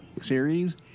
series